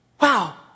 wow